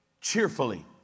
cheerfully